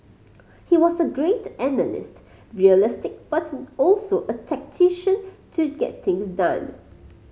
he was a great analyst realistic but also a tactician to get things done